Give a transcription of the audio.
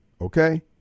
Okay